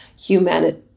humanity